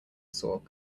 saw